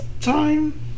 time